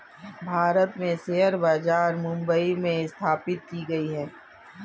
भारत में शेयर बाजार मुम्बई में स्थापित की गयी है